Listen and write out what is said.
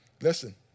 Listen